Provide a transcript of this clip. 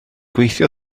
gweithio